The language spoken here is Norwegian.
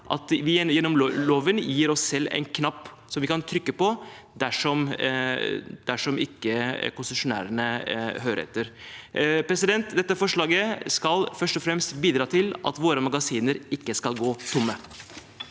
at vi gjennom loven gir oss selv en knapp vi kan trykke på dersom ikke konsesjonærene hører etter. Dette forslaget skal først og fremst bidra til at våre magasiner ikke skal gå tomme.